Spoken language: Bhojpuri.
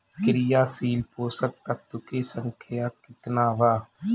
क्रियाशील पोषक तत्व के संख्या कितना बा?